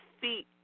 feet